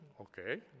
okay